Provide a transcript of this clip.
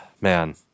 man